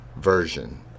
version